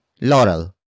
Laurel